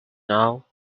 now